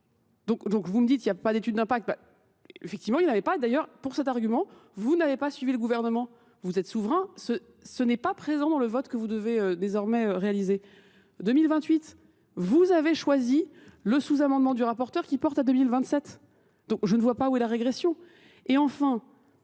Donc vous me dites qu'il n'y a pas d'études d'impact. Effectivement, il n'y en avait pas. D'ailleurs, pour cet argument, vous n'avez pas suivi le gouvernement. Vous êtes souverain. Ce n'est pas présent dans le vote que vous devez désormais réaliser. En 2028, vous avez choisi le sous-amendement du rapporteur qui porte à 2027. Donc je ne vois pas où est la régression. Et enfin,